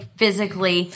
physically